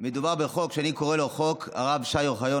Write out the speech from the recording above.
מדובר בחוק שאני קורא לו "חוק הרב שי אוחיון",